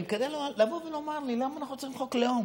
כדי לבוא ולומר לי למה אנחנו צריכים חוק לאום.